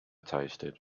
tasted